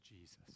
Jesus